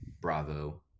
bravo